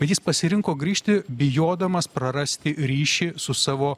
jis pasirinko grįžti bijodamas prarasti ryšį su savo